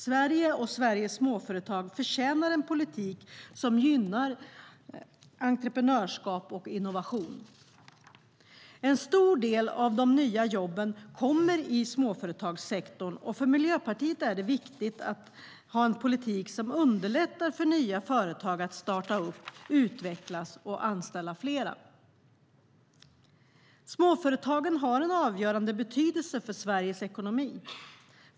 Sverige och Sveriges småföretag förtjänar en politik som gynnar entreprenörskap och innovation. En stor del av de nya jobben kommer i småföretagssektorn, och för Miljöpartiet är det viktigt med en politik som underlättar för nya företag att starta, utvecklas och anställa fler. Småföretagen har en avgörande betydelse för Sveriges ekonomi.